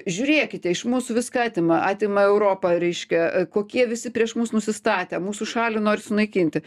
žiūrėkite iš mūsų viską atima atima europą reiškia kokie visi prieš mus nusistatę mūsų šalį nori sunaikinti